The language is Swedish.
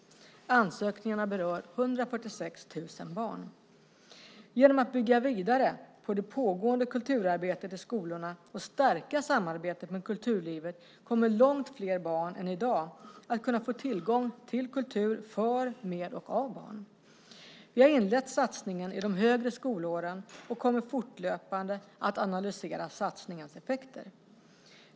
Ansökningarna berör 146 000 barn. Genom att bygga vidare på det pågående kulturarbetet i skolorna och stärka samarbetet med kulturlivet kommer långt fler barn än i dag att kunna få tillgång till kultur för, med och av barn. Vi har inlett satsningen i de högre skolåren och kommer fortlöpande att analysera satsningens effekter.